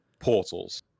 portals